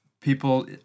people